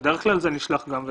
בדרך כלל זה נשלח גם וגם.